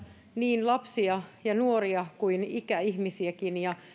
niin lapsia ja nuoria kuin ikäihmisiäkin